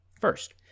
First